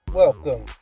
welcome